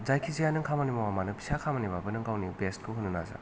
जायखि जायानो नों खामानि मावा मानो फिसा खामानिबाबो नों गावनि बेस्थ खौ होननो नाजा